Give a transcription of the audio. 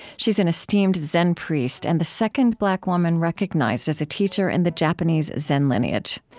she's an esteemed zen priest and the second black woman recognized as a teacher in the japanese zen lineage.